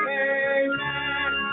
amen